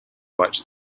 much